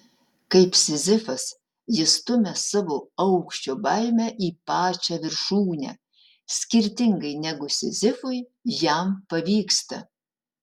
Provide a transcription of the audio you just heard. kaip sizifas jis stumia savo aukščio baimę į pačią viršūnę skirtingai negu sizifui jam pavyksta